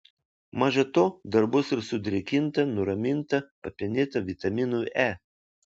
maža to dar bus ir sudrėkinta nuraminta papenėta vitaminu e